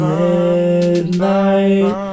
midnight